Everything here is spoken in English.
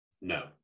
no